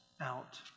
out